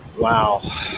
Wow